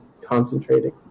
concentrating